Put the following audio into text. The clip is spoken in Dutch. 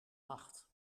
macht